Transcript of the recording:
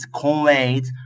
conveyed